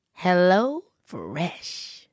HelloFresh